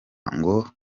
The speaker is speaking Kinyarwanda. ngo